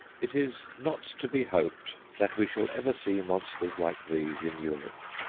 it is not to be hoped that we shall ever see monsters like these in europe.